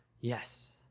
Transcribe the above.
yes